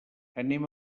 anem